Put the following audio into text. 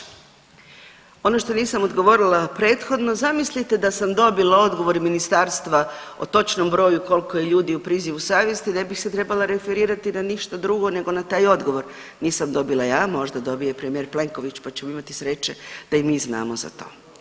Doktore Karlić, ono što nisam odgovorila prethodno, zamislite da sam dobila odgovor ministarstva o točnom broju koliko je ljudi u prizivu savjesti ne bih se trebala referirati na ništa drugo nego na taj odgovor, nisam dobila ja, možda dobije premijer Plenković, pa ćemo imati sreće da i mi znamo za to.